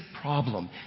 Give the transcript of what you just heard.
problem